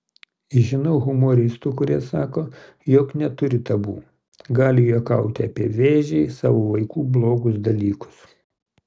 žinau humoristų kurie sako jog neturi tabu gali juokauti apie vėžį savo vaikų blogus dalykus